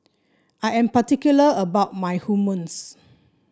I am particular about my Hummus